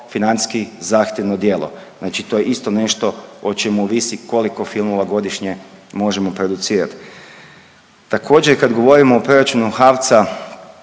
financijski zahtjevno djelo, znači to je isto nešto o čemu ovisi koliko filmova godišnje možemo producirat. Također kad govorimo o proračunu HAVC-a